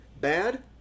Bad